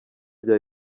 bya